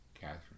Catherine